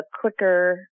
quicker